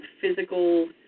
physical